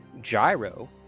gyro